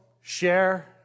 Share